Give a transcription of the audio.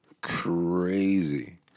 crazy